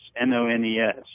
N-O-N-E-S